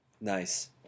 Nice